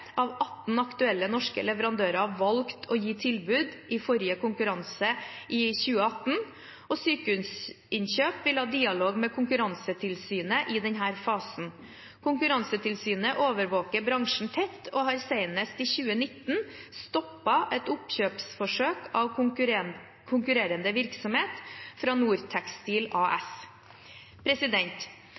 av 18 aktuelle norske leverandører valgte å gi tilbud i forrige konkurranse i 2018. Sykehusinnkjøp HF vil ha dialog med Konkurransetilsynet i denne fasen. Konkurransetilsynet overvåker bransjen tett og har senest i 2019 stoppet et oppkjøpsforsøk av konkurrerende virksomhet fra Nor Tekstil AS.